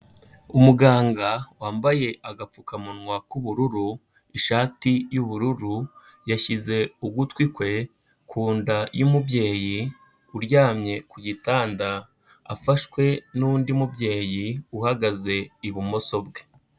Umuganga wambaye agapfukamunwa k'ubururu, ishati y'ubururu, yashyize ugutwi kwe ku nda y'umubyeyi uryamye ku gitanda afashwe n'undi mubyeyi uhagaze ibumoso bwe.